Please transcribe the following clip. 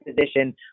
position